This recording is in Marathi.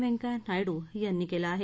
व्यंकय्या नायड् यांनी केलं आहे